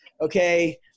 okay